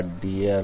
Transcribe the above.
drc2F